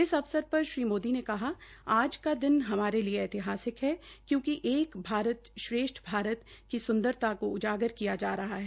इस अवसर पर श्री मोदी ने कहा कि आज का हमारे दिन लिए ऐतिहासिक है क्योकि एक भारत श्रेष्ठ भारत की सुदंरता को ऊजागर किया जा रहा है